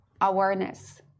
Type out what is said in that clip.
awareness